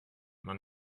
man